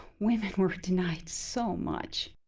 women were denied so much.